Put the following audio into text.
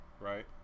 Right